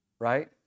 right